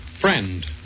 Friend